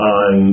on